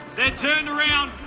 they're turned around.